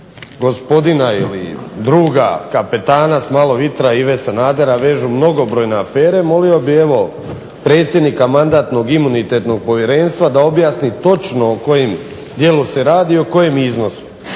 gospodina ili druga kapetana s malo vitra Ive Sanadera vežu mnogobrojne afere molio bih evo predsjednika Mandatno-imunitetnog povjerenstva da objasni točno o kojem djelu se radi i o kojem iznosu.